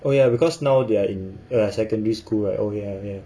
oh ya because now they are in ah secondary school ah ya ya